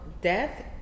death